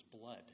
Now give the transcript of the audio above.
blood